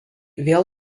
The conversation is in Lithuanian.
vėl